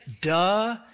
Duh